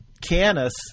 Canis